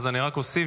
אז רק אוסיף,